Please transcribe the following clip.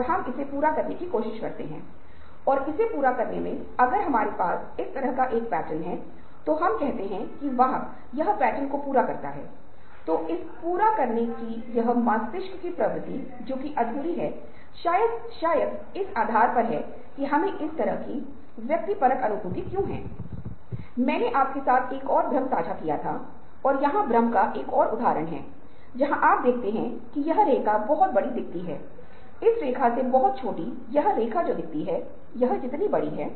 और जब शिक्षक बच्चों को पढ़ाता है तो वह कहानी पढ़ता है या बच्चे कहानी पढ़ते हैं और वे उसी कहानी से सवाल का जवाब देते हैं लेकिन कभी भी बच्चों को ऐसी ही कहानियां लिखने के लिए प्रोत्साहित नहीं किया जाता है